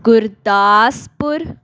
Gurdaspur